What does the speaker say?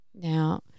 Now